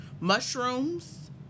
Mushrooms